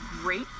great